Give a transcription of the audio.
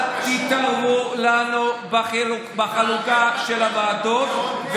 אל תתערבו לנו בחלוקה של הוועדות,